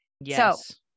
yes